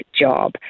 job